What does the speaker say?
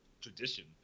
tradition